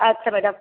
আচ্ছা ম্যাডাম